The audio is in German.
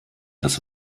das